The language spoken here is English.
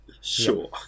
Sure